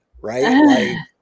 right